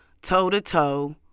toe-to-toe